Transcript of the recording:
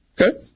Okay